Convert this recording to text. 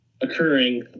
occurring